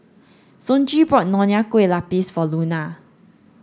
Sonji bought Nonya Kueh Lapis for Luna